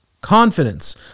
confidence